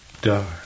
Dark